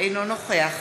אינו נוכח